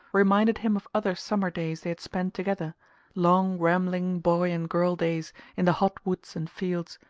reminded him of other summer days they had spent together long rambling boy-and-girl days in the hot woods and fields,